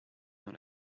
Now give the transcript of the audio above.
dans